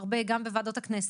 הרבה גם בוועדות הכנסת,